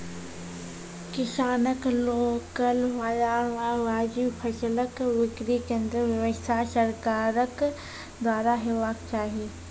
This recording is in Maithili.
किसानक लोकल बाजार मे वाजिब फसलक बिक्री केन्द्रक व्यवस्था सरकारक द्वारा हेवाक चाही?